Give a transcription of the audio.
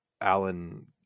alan